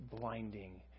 blinding